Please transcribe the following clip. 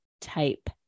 type